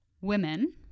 women